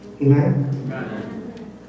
Amen